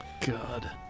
God